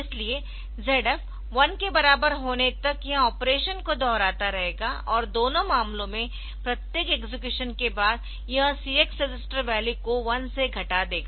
इसलिए ZF 1 के बराबर होने तक यह ऑपरेशन को दोहराता रहेगा और दोनों मामलों में प्रत्येक एक्सेक्युशन के बाद यह CX रजिस्टर वैल्यू को 1 से घटा देगा